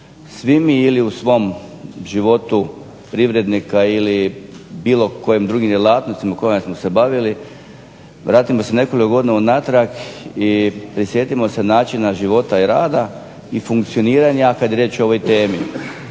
Svi mi u svom životu privrednika ili bilo kojim drugim djelatnostima kojima smo se bavili vratimo se nekoliko godina unatrag i prisjetimo se načina života i rada i funkcioniranja, a kad je riječ o ovoj temi.